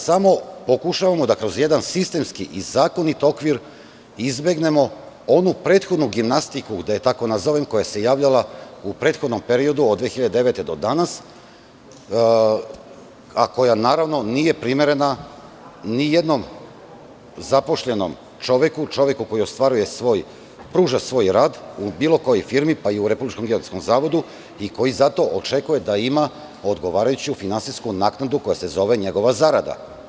Samo pokušavamo da kroz jedan sistemski i zakonit okvir izbegnemo onu prethodnu gimnastiku, da je tako nazovem, koja se javljala u prethodnom periodu od 2009. godine do danas, a koja, naravno, nije primerena ni jednom zaposlenom čoveku, čoveku koji pruža svoj rad u bilo kojoj firmi, pa i u Republičkom geodetskom zavodu i koji zato očekuje da ima odgovarajuću finansijsku naknadu, koja se zove njegova zarada.